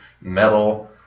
metal